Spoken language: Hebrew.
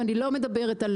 אני לא מדברת על